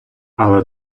але